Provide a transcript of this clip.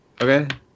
Okay